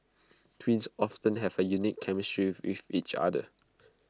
twins often have A unique chemistry with with each other